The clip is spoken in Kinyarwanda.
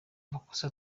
amakosa